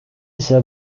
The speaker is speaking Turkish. ise